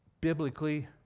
biblically